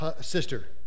sister